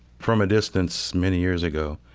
from a distance, many years ago,